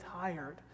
tired